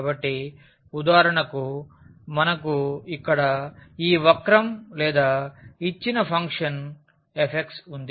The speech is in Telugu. కాబట్టి ఉదాహరణకు మనకు ఇక్కడ ఈ వక్రం లేదా ఇచ్చిన ఫంక్షన్ f ఉంది